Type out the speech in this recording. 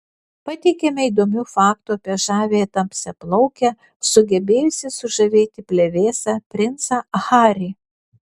pateikiame įdomių faktų apie žaviąją tamsiaplaukę sugebėjusią sužavėti plevėsą princą harry